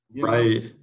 Right